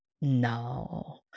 no